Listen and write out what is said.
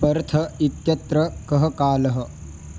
Perth इत्यत्र कः कालः